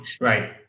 right